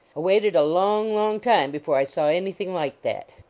waited a long, long time before i saw any thing like that.